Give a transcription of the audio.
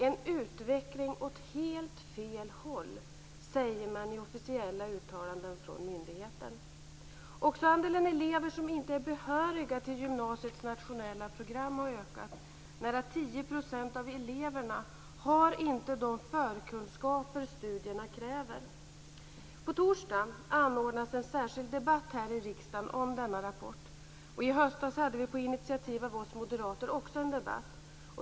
En utveckling åt helt fel håll, säger man i officiella uttalanden från myndigheten. Också andelen elever som inte är behöriga till gymnasiets nationella program har ökat. Nära 10 % av eleverna har inte de förkunskaper som studierna kräver. På torsdag anordnas en särskild debatt här i riksdagen om denna rapport. Också i höstas hade vi på initiativ av oss moderater en debatt.